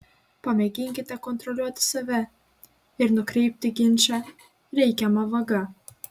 pamėginkite kontroliuoti save ir nukreipti ginčą reikiama vaga